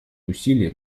усилия